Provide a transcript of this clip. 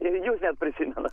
ir jūs net prisimenat